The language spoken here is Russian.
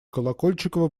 колокольчикова